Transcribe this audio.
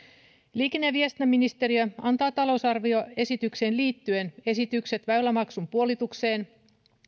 liikenne ja viestintäministeriö antaa talousarvioesitykseen liittyen esitykset väylämaksun puolituksen